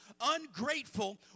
ungrateful